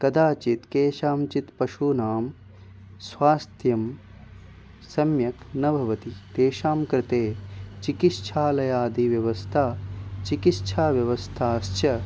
कदाचित् केषाञ्चित् पशूनां स्वास्थ्यं सम्यक् न भवति तेषां कृते चिकित्सालयादिव्यवस्था चिकित्साव्यवस्थाश्च